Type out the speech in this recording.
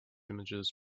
images